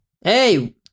Hey